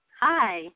Hi